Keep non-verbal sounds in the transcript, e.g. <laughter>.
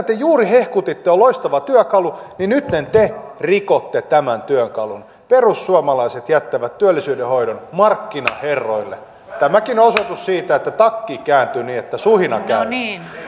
<unintelligible> te juuri hehkutitte on loistava työkalu niin nytten te rikotte tämän työkalun perussuomalaiset jättävät työllisyyden hoidon markkinaherroille tämäkin on osoitus siitä että takki kääntyy niin että suhina käy